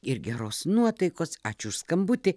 ir geros nuotaikos ačiū už skambutį